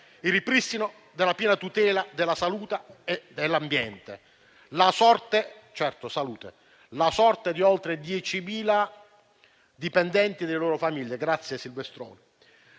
il ripristino della piena tutela della salute e dell'ambiente, la sorte di oltre 10.000 dipendenti e delle loro famiglie, la sorte